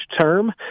term